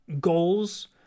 goals